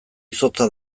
izotza